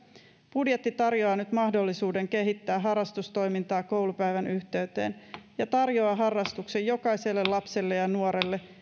budjetti tarjoaa nyt mahdollisuuden kehittää harrastustoimintaa koulupäivän yhteyteen ja tarjoaa harrastuksen jokaiselle lapselle ja nuorelle